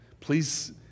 Please